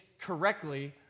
correctly